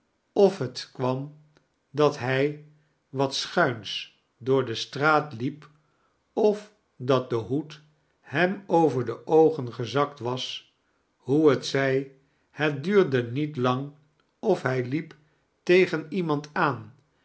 of het kwam dat hij wat schuins door de straat liep of dat de hoed hem over de oogen gezakt was hoe t zij het duurde niet lang of hij liep tegen iemand aan